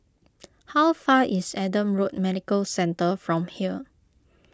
how far is Adam Road Medical Centre from here